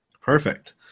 Perfect